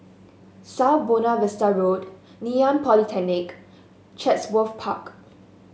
South Buona Vista Road Ngee Ann Polytechnic Chatsworth Park